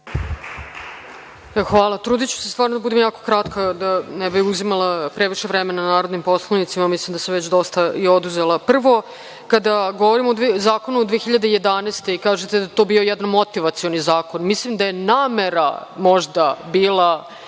Hvala. Trudiću se da budem jako kratka, da ne bih uzimala previše vremena narodnim poslanicima, a mislim da sam već dosta i oduzela. Prvo, kada govorimo o zakonu iz 2011. godine, a vi kažete da je to bio jedan motivacioni zakon. Mislim, da je namera možda bila